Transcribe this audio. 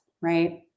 right